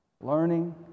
Learning